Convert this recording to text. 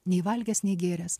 nei valgęs nei gėręs